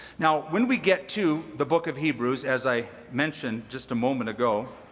now, when we get to the book of hebrews, as i mentioned just a moment ago,